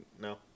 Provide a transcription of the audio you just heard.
no